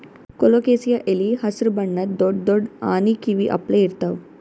colocasia ಎಲಿ ಹಸ್ರ್ ಬಣ್ಣದ್ ದೊಡ್ಡ್ ದೊಡ್ಡ್ ಆನಿ ಕಿವಿ ಅಪ್ಲೆ ಇರ್ತವ್